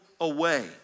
away